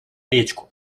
речку